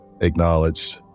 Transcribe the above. acknowledged